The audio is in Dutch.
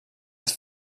het